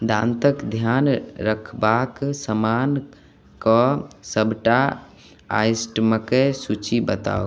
दाँतक ध्यान रखबाक समान कऽ सबटा आइटमके सूची बताउ